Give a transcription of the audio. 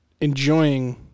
enjoying